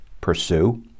pursue